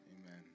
Amen